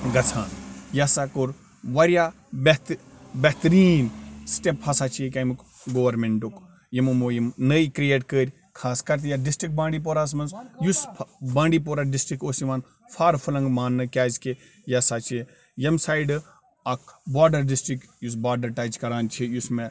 گژھان یہِ ہسا کوٚر واریاہ بہتٔریٖن سِٹیٚپ ہسا چھُ یہِ کَمیٛک گورمنٹُک یِم یِمو یِم نٔے کرٛیٹ کٔرۍ خاص کر یَتھ ڈِسٹِرٛک بانٛڈی پوراہَس منٛز یُس بانٛڈی پورا ڈِسٹِرٛک اوس یِوان فار فٕلَنٛگ ماننہِ کیٛازِکہِ یہِ ہسا چھُ ییٚمہِ سایڈٕ اکھ بارڈر ڈِسٹِرٛک یُس بارڈر ٹَچ کران چھُ یُس مےٚ